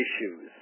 issues